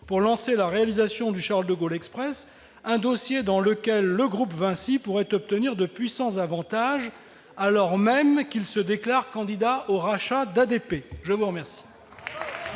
pour lancer la réalisation du Charles-de-Gaulle Express, dossier dans lequel le groupe Vinci pourrait obtenir de puissants avantages, alors même qu'il se déclare candidat au rachat d'ADP. Bravo ! La parole